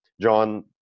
John